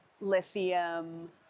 Lithium